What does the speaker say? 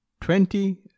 Twenty